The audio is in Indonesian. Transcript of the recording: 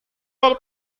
dari